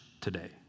today